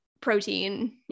protein